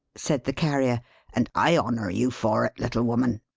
said the carrier and i honour you for it, little woman.